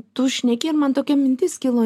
tu šneki ir man tokia mintis kilo